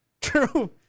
True